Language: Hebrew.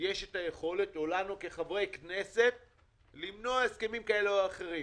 או לנו כחברי כנסת יש את היכולת למנוע הסכמים כאלה או אחרים,